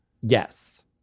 Yes